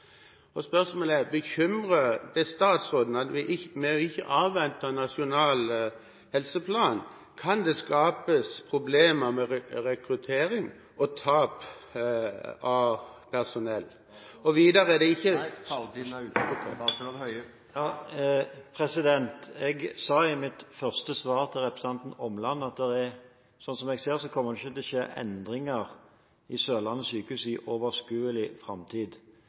Og spørsmålet er: Bekymrer det statsråden at ved ikke å avvente den nasjonale helseplanen kan det skapes problemer med rekruttering og tap av personell? Og videre … Taletiden er ute. Jeg sa i mitt første svar til representanten Omland at det, sånn som jeg ser det, ikke kommer til å skje endringer ved Sørlandet sykehus i overskuelig framtid.